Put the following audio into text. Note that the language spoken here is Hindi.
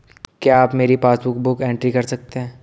क्या आप मेरी पासबुक बुक एंट्री कर सकते हैं?